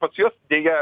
pas juos deja